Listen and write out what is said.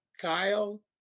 Kyle